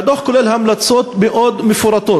והדוח כולל המלצות מאוד מפורטות.